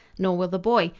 nor will the boy.